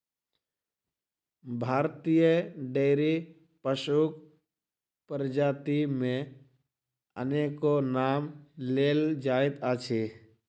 भारतीय डेयरी पशुक प्रजाति मे अनेको नाम लेल जाइत अछि